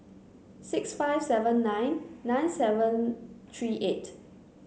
six five seven nine nine seven three eight